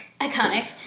Iconic